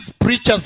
preachers